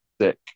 sick